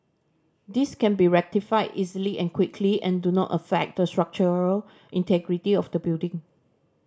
these can be rectified easily and quickly and do not affect the structural integrity of the building